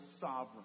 sovereign